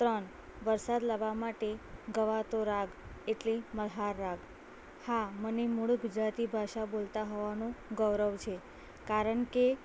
ત્રણ વરસાદ લાવવા માટે ગવાતો રાગ એટલે મલ્હાર રાગ હા મને મૂળ ગુજરાતી ભાષા બોલતા હોવાનું ગૌરવ છે કારણ કે